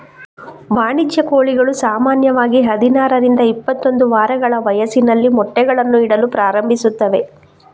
ವಾಣಿಜ್ಯ ಕೋಳಿಗಳು ಸಾಮಾನ್ಯವಾಗಿ ಹದಿನಾರರಿಂದ ಇಪ್ಪತ್ತೊಂದು ವಾರಗಳ ವಯಸ್ಸಿನಲ್ಲಿ ಮೊಟ್ಟೆಗಳನ್ನು ಇಡಲು ಪ್ರಾರಂಭಿಸುತ್ತವೆ